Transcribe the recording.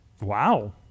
Wow